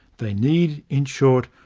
they need, in short,